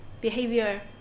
behavior